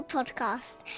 Podcast